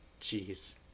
Jeez